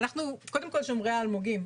אנחנו קודם כל שומרי האלמוגים,